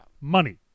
Money